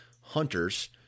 hunters